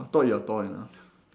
I thought you are tall enough